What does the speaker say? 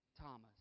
Thomas